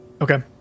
Okay